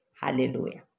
Hallelujah